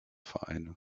vereine